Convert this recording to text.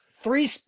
three